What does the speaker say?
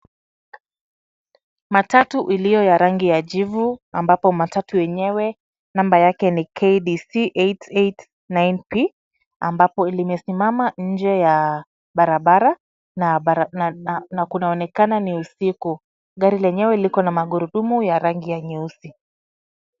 Matatu iliyo ya rangi ya jivu ambapo matatu yenyewe namba yake ni KDC 889P, ambapo limesimama nje ya barabara na kunaonekana ni usiku. Gari lenyewe liko na magurudumu ya rangi ya nyeusi.